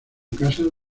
casas